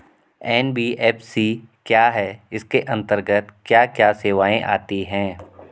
NBFC क्या है इसके अंतर्गत क्या क्या सेवाएँ आती हैं?